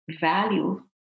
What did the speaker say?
value